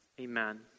amen